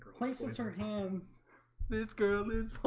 places her hands this girl